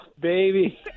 baby